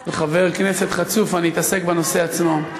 של חבר כנסת חצוף, אתעסק בנושא עצמו.